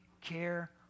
care